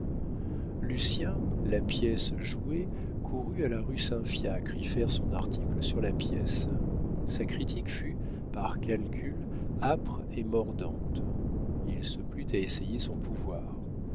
lucien la pièce jouée courut à la rue saint fiacre y faire son article sur la pièce sa critique fut par calcul âpre et mordante il se plut à essayer son pouvoir